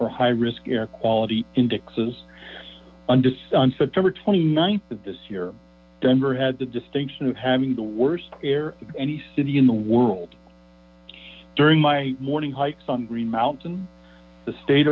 or high risk air quality indexes undiscussed on september twenty ninth of this year denver had the distinction of having the worst air any city in the world during my morning hikes on green mountain the state